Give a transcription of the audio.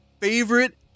favorite